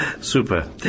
Super